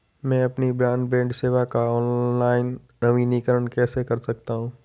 मैं अपनी ब्रॉडबैंड सेवा का ऑनलाइन नवीनीकरण कैसे कर सकता हूं?